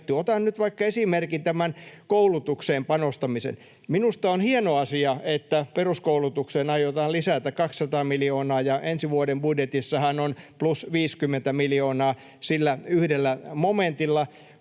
Otan nyt esimerkin, koulutukseen panostamisen. Minusta on hieno asia, että peruskoulutukseen aiotaan lisätä 200 miljoonaa. Ensi vuoden budjetissahan on plus 50 miljoonaa sillä yhdellä momentilla,